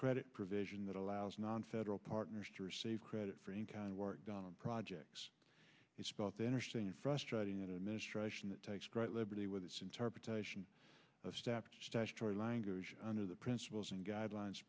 credit provision that allows non federal partners to receive credit for any kind of work done on projects it's about the interesting frustrating administration that takes great liberty with this interpretation of staff statutory language under the principles and guidelines